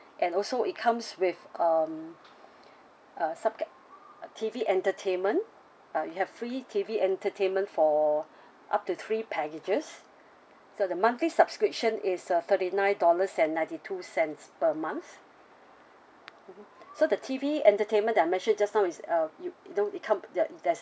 and also it comes with um uh subcri~ T_V entertainment uh you have free T_V entertainment for up to three packages so the monthly subscription is uh thirty nine dollars and ninety two cents per month mmhmm so the T_V entertainment that I mentioned just now is uh you know it come the there's